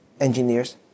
engineers